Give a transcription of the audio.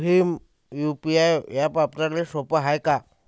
Bhim UPI हे app वापराले सोपे हाय का?